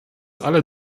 alle